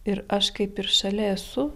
ir aš kaip ir šalia esu